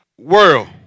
world